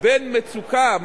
בין מצוקה,